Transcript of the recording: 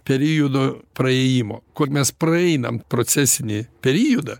periodo praėjimo kol mes praeinam procesinį periodą